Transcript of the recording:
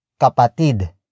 kapatid